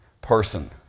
person